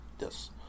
Yes